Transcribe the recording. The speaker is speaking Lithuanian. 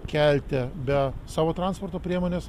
kelte be savo transporto priemonės